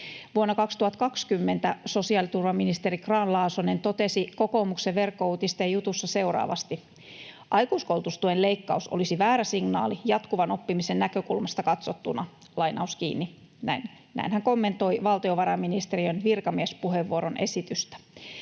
Vuonna 2020 sosiaaliturvaministeri Grahn-Laasonen totesi kokoomuksen Verkkouutisten jutussa seuraavasti: "Aikuiskoulutustuen leikkaus olisi väärä signaali jatkuvan oppimisen näkökulmasta katsottuna." Näin hän kommentoi valtiovarainministeriön virkamiespuheenvuoron esitystä.